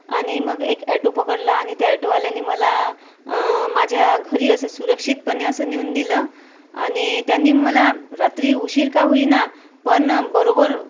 आणि मग एक ॲटो पकडला आणि त्या ॲटोवाल्याने मला माझ्या घरी असं सुरक्षितपणे असं नेऊन दिलं आणि त्यांनी मला रात्री उशीर का होईना पण बरोबर